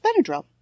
benadryl